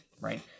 Right